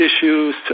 issues